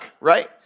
right